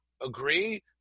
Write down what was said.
Agree